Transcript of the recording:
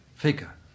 Figure